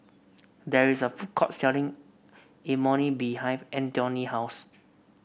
there is a food court selling Imoni behind Antione house